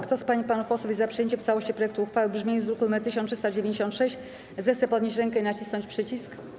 Kto z pań i panów posłów jest za przyjęciem w całości projektu uchwały w brzmieniu z druku nr 1396, zechce podnieść rękę i nacisnąć przycisk.